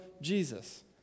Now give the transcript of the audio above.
Jesus